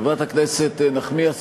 חברת הכנסת נחמיאס,